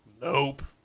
Nope